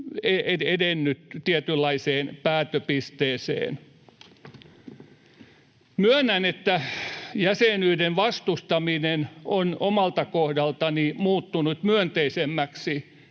edennyt tietynlaiseen päättöpisteeseen. Myönnän, että jäsenyyden vastustaminen on omalta kohdaltani muuttunut myönteisemmäksi,